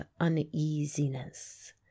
uneasiness